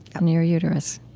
and your uterus?